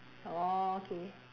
orh okay